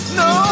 no